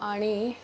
आणि